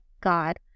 God